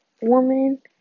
woman